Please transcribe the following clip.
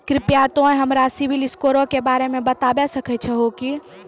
कृपया तोंय हमरा सिविल स्कोरो के बारे मे बताबै सकै छहो कि?